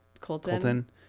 Colton